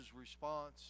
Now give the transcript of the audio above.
response